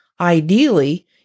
Ideally